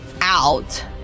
out